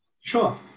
Sure